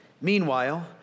Meanwhile